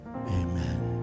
amen